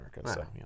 America